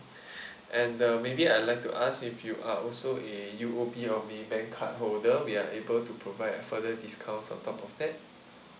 and uh maybe I'd like to ask if you are also a U_O_B or maybank cardholder we are able to provide further discounts on top of that